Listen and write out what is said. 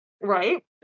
Right